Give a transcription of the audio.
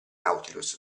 nautilus